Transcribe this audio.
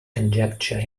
conjecture